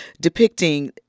depicting